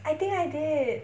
I think I did